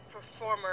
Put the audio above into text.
performer